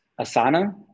Asana